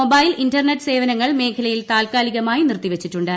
mobile internet സേവനങ്ങൾ മേഖലയിൽ താത്കാലികമായി നിർത്തിപ്പച്ചിട്ടുണ്ട്